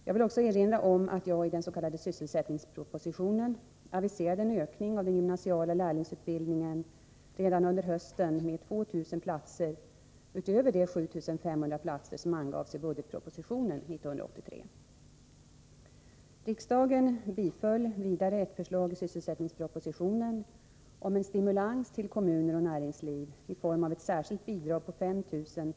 Jag vill också erinra om att jag i den s.k. sysselsättningspropositionen aviserade en ökning av den gymnasiala lärlingsutbildningen redan under hösten med 2 000 platser utöver de 7500 platser som angavs i budgetpropositionen 1983. Riksdagen biföll vidare ett förslag i sysselsättningspropositionen om en stimulans till kommuner och näringsliv i form av ett särskilt bidrag på 5000 kr.